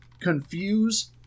confuse